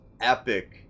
epic